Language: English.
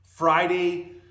Friday